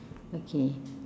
okay